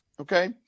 okay